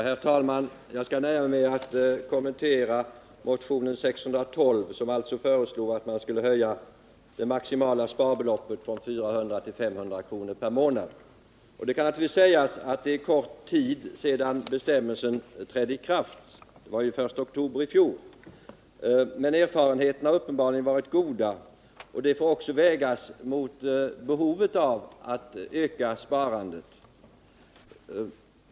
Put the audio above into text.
Herr talman! Jag skall nöja mig med att kommentera motionen 1612, där det alltså föreslås att man skall höja det maximala sparbeloppet från 400 till 500 kr. per månad. Det kan naturligtvis sägas att det är kort tid sedan bestämmelserna om det nya lönsparandet trädde i kraft — det var ju den 1 oktober i fjol. Men erfarenheterna har uppenbarligen varit goda, och den korta tiden får också vägas mot behovet av att öka sparandet.